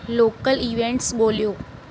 local events ॻोल्हियो